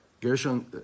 Gershon